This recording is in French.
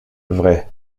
vraie